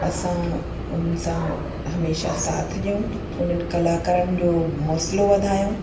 असां उन्हनि सां हमेशह साथ ॾियूं उन्हनि कलाकारनि जो हौंसलो वधायूं